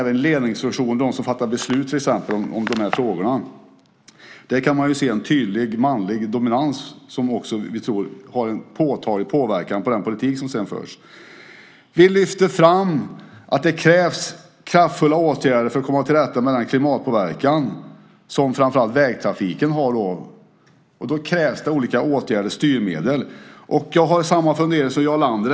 Även i ledningsfunktioner, till exempel de som fattar beslut om de här frågorna, kan man se en tydlig manlig dominans som vi tror har en påtaglig påverkan på den politik som sedan förs. Vi lyfter fram att det krävs kraftfulla åtgärder och styrmedel för att komma till rätta med framför allt vägtrafikens klimatpåverkan. Jag har samma fundering som Jarl Lander här.